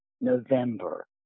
November